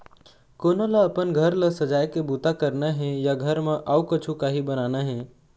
कोनो ल अपन घर ल सजाए के बूता करना हे या घर म अउ कछु काही बनाना हे